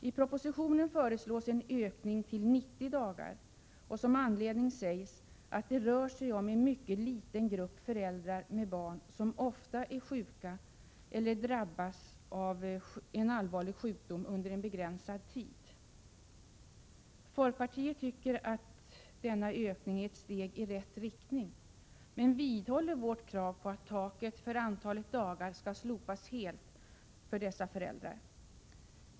I propositionen föreslås en ökning till 90 dagar, och som skäl anges att det rör sig om en mycket liten grupp föräldrar med barn som ofta är sjuka eller som drabbas av en allvarlig sjukdom under en begränsad tid. Folkpartiet tycker att denna ökning är ett steg i rätt riktning, men vi vidhåller vårt krav på att taket för antalet dagar skall slopas helt för dessa föräldrar.